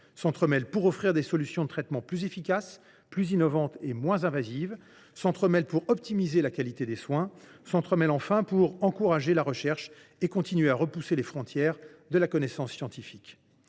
s’entremêlent d’abord, pour offrir des solutions de traitement plus efficaces, plus innovantes et moins invasives ; ensuite, pour optimiser la qualité des soins ; enfin, pour encourager la recherche et continuer à repousser les frontières de la connaissance scientifique.